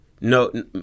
No